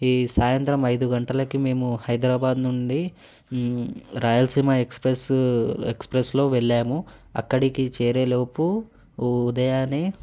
ఈ సాయంత్రం ఐదు గంటలకి మేము హైదరాబాద్ నుండి రాయలసీమా ఎక్స్ప్రెస్ ఎక్స్ప్రెస్లో వెళ్ళాము అక్కడికి చేరేలోపు ఉదయాన్నే